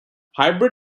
hybrid